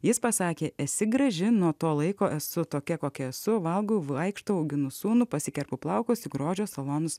jis pasakė esi graži nuo to laiko esu tokia kokia esu valgo vaikšto auginu sūnų pasikerpu plaukusi grožio salonus